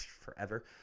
forever